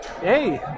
Hey